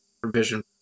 provision